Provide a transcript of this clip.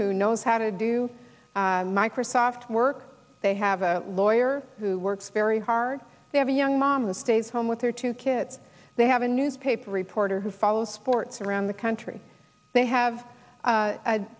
who knows how to do microsoft work they have a lawyer who works very hard they have a young mom who stays home with their two kids they have a newspaper reporter who follows sports around the country they have